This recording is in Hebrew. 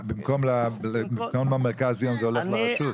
במקום המרכז יום זה הולך לרשות?